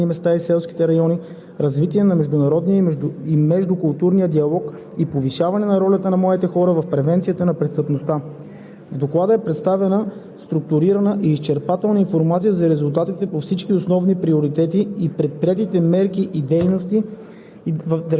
превенция на социалното изключване на млади хора в неравностойно положение, развитие на младежкото доброволчество, повишаване на гражданската активност, развитие на младите хора в малките населени места и селските райони, развитие на международния и междукултурния диалог и повишаване на ролята на младите хора в превенцията на престъпността.